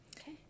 Okay